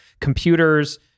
computers